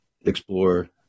explore